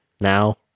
now